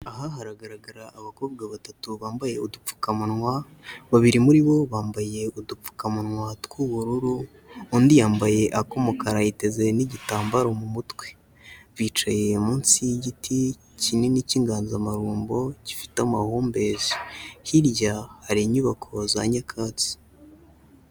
Aha haragaragara abakobwa batatu bambaye udupfukamunwa, babiri muri bo bambaye udupfukamunwa tw'ubururu, undi yambaye ak'umukara yiteze n'igitambaro mu mutwe. Bicaye munsi y'igiti kinini cy'inganzamarumbo, gifite amahumbezi, hirya hari inyubako za nyakatsi.